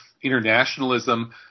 internationalism